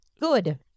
good